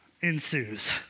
ensues